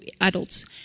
adults